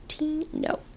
No